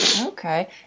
Okay